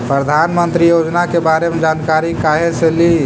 प्रधानमंत्री योजना के बारे मे जानकारी काहे से ली?